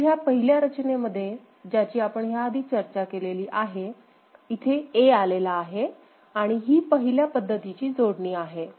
तर ह्या पहिल्या रचनेमध्ये ज्याची आपण ह्या आधी चर्चा केलेली आहे इथे A आलेला आहे आणि ही पहिल्या पद्धतीची जोडणी आहे